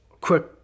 quick